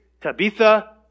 Tabitha